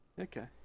Okay